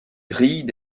grilles